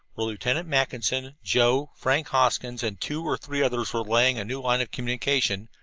where lieutenant mackinson, joe, frank hoskins and two or three others were laying a new line of communication,